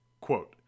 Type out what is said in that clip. Quote